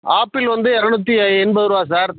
apple வந்து இரநூத்தி எண்பது ரூவா சார்